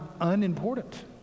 unimportant